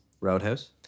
Roadhouse